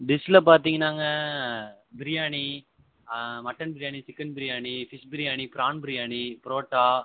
டிஷ்ஷில் பார்த்தீங்கன்னாங்க biryani mutton biryani chicken biryani fish biryani prawn biryani parotta